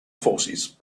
forces